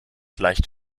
leicht